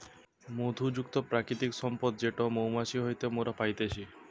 মধু যুক্ত প্রাকৃতিক সম্পদ যেটো মৌমাছি হইতে মোরা পাইতেছি